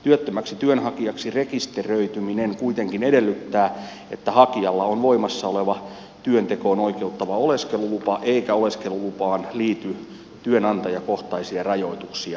työttömäksi työnhakijaksi rekisteröityminen kuitenkin edellyttää että hakijalla on voimassa oleva työntekoon oikeuttava oleskelulupa eikä oleskelulupaan liity työnantajakohtaisia rajoituksia